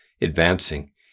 advancing